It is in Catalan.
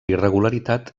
irregularitat